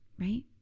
right